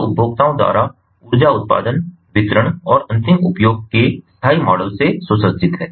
जो उपभोक्ताओं द्वारा ऊर्जा उत्पादन वितरण और अंतिम उपयोग के स्थायी मॉडल से सुसज्जित है